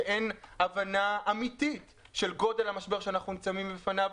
שאין הבנה אמיתית של גודל המשבר שאנחנו ניצבים בפניו.